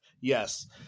Yes